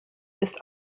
ist